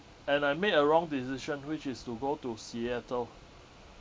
and I made a wrong decision which is to go to seattle